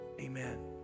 Amen